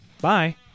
Bye